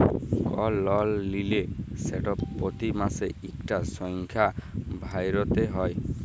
call লল লিলে সেট পতি মাসে ইকটা সংখ্যা ভ্যইরতে হ্যয়